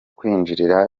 kwinjira